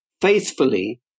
faithfully